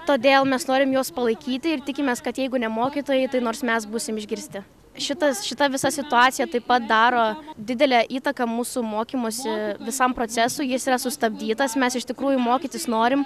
todėl mes norim juos palaikyti ir tikimės kad jeigu ne mokytojai tai nors mes būsim išgirsti šitas šita visa situacija taip pat daro didelę įtaką mūsų mokymosi visam procesui jis yra sustabdytas mes iš tikrųjų mokytis norim